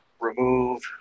remove